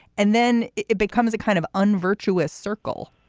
and then it becomes a kind of un virtuous circle